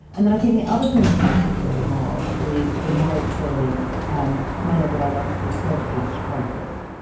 and then i think the other thing that makes it really hard is in my experience, um men are what i like to call surgical strikers.